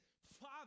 Father